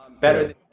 better